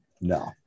No